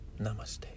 namaste